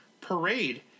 parade